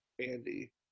Andy